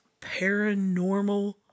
Paranormal